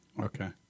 Okay